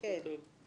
הכספים.